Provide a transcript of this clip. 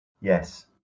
Yes